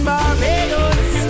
Barbados